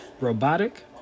Robotic